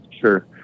Sure